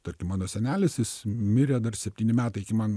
tarkim mano senelis jis mirė dar septyni metai iki man